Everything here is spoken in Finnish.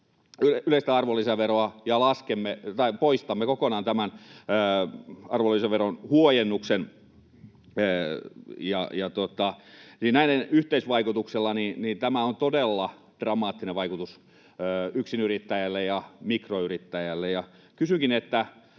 yleistä arvonlisäveroa ja poistamme kokonaan tämän arvonlisäveron huojennuksen, näillä on todella dramaattinen yhteisvaikutus yksinyrittäjään ja mikroyrittäjään. Tässä